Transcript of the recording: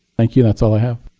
thank you. that's all i have.